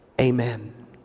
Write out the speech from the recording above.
Amen